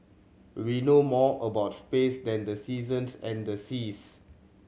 we know more about space than the seasons and the seas